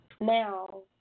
Now